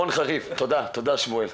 תודה, אמנון.